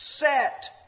Set